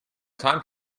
time